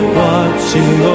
watching